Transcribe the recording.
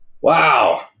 Wow